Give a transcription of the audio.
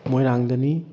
ꯃꯣꯏꯔꯥꯡꯗꯅꯤ